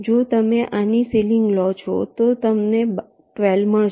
જો તમે આની સીલિંગ લો છો તો તમને 12 મળશે